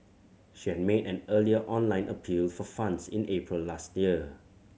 she had made an earlier online appeal for funds in April last year